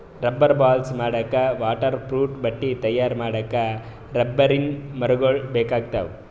rubber balls ಮಾಡಕ್ಕಾ waterproof ಬಟ್ಟಿ ತಯಾರ್ ಮಾಡಕ್ಕ್ ರಬ್ಬರಿನ್ ಮರಗೊಳ್ ಬೇಕಾಗ್ತಾವ